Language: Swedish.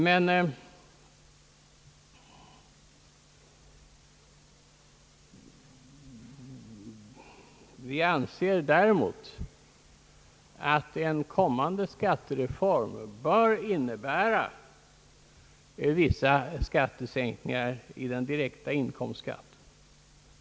Däremot anser vi att en kommande skattereform bör innebära vissa sänkningar av den direkta inkomstskatten.